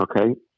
Okay